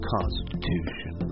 Constitution